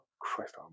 Christ